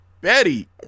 Betty